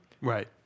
Right